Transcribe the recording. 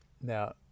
Now